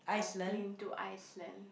I've been to Iceland